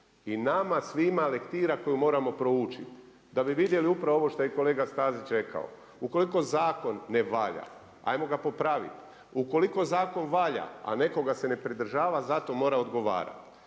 I nama svima lektira koju moramo proučiti, da bi vidjeli upravo ovo što je kolega Stazić rekao. Ukoliko zakon ne valja, ajmo ga popraviti. Ukoliko zakon valja, a netko ga se ne pridržava, za to mora odgovarati.